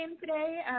today